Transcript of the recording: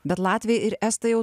bet latviai ir estai jau